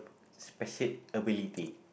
special ability